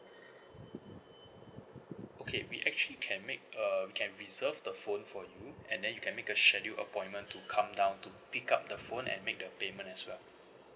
okay we actually can make a we can reserve the phone for you and then you can make a schedule appointment to come down to pick up the phone and make the payment as well